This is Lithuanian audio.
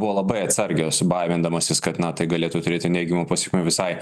buvo labai atsargios baimindamosis kad na tai galėtų turėti neigiamų pasekmių visai